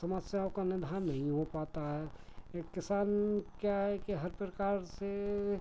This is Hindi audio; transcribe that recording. समस्याओं का निदान नहीं हो पाता है एक किसान क्या है कि हर प्रकार से